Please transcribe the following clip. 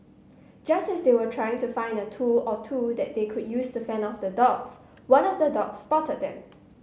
just as they were trying to find a tool or two that they could use to fend off the dogs one of the dogs spotted them